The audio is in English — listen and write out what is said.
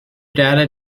data